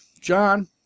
John